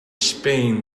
spain